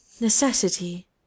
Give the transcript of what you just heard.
necessity